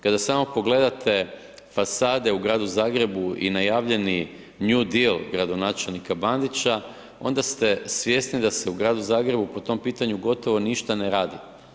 Kada samo pogledate fasade u Gradu Zagrebu i najavljeni new deal gradonačelnika Bandića, onda ste svjesni da se u Gradu Zagrebu po tom pitanju gotovo ništa ne radi.